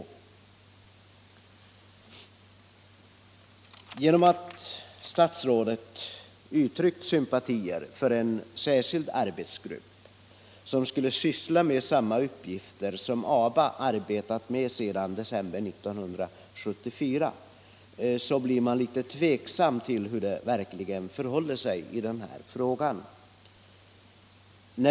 Med tanke på att statsrådet uttryckt sympatier för en särskild arbetsgrupp som skulle syssla med samma uppgifter som ABA arbetat med sedan december 1974 blir man litet tveksam till hur det verkligen förhåller sig i den här frågan.